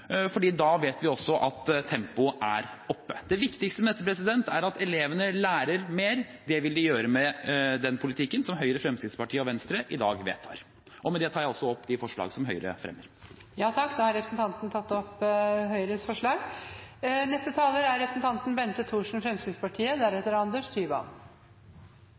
da vet vi også at tempoet er oppe. Det viktigste med dette er at elevene lærer mer. Det vil de gjøre med den politikken som Høyre, Fremskrittspartiet og Venstre i dag vedtar. Med det tar jeg opp det forslaget som Høyre fremmer. Representanten Henrik Asheim har tatt opp